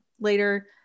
later